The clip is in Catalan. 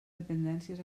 dependències